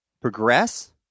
progress